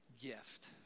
gift